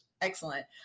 Excellent